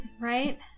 Right